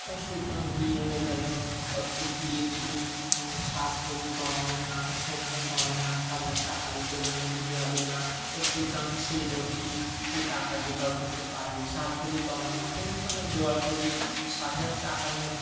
তা সুতরাং বিয়ে হয়ে গেল অথচ বিয়ের দিন সাত ভরি গয়না সোনার গয়না সাত হাজার টাকা দিতে হবে নাহলে বিয়ে হবে না তো সুতরাং সেই লোকটি সেই টাকা জোগাড় করতে পারেনি সাত ভরি গয়না কোনো ক্রমে জোগাড় করেছে সাত হাজার টাকার মধ্যে